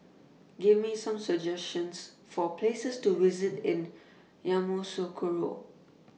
Give Me Some suggestions For Places to visit in Yamoussoukro